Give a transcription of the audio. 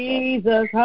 Jesus